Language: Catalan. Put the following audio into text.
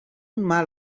mal